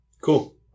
Cool